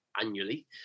annually